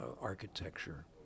architecture